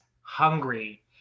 hungry